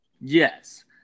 Yes